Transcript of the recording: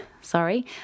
sorry